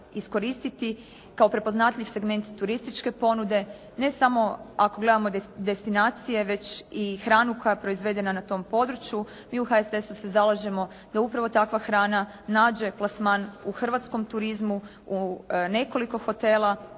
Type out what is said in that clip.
iskoristiti kao prepoznatljiv segment turističke ponude. Ne samo ako gledamo destinacije već i hranu koja je proizvedena na tom području. Mi u HSS-u se zalažemo da upravo takva hrana nađe plasman u hrvatskom turizmu, u nekoliko hotela